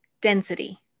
density